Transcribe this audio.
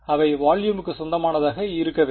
அவை வால்யுமுக்கு சொந்தமானதாக இருக்க வேண்டும்